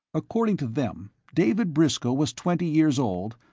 according to them, david briscoe was twenty years old,